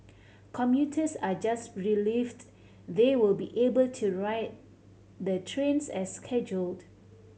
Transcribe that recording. commuters are just relieved they will be able to ride the trains as scheduled